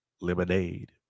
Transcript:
lemonade